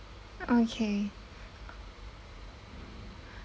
okay